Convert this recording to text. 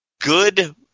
good